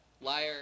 liar